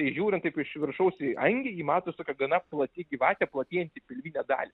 tai žiūrint taip iš viršaus į angį ji matos tokia gana plati gyvatė platėjanti į pilvinę dalį